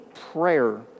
prayer